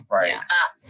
Right